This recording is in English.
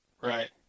Right